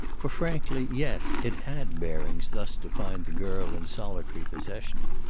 for frankly, yes, it had bearings thus to find the girl in solitary possession.